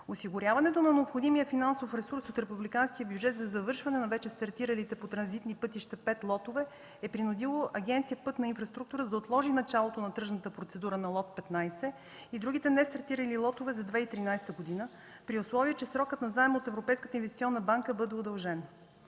Осигуряването на необходимия финансов ресурс от републиканския бюджет за завършване на вече стартиралите по „Транзитни пътища 5” лотове е принудило Агенция „Пътна инфраструктура” да отложи началото на тръжната процедура на лот 15 и другите нестартирали лотове за 2013 г. при условие, че срокът на заема от Европейската